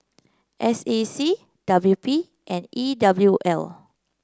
S A C W P and E W L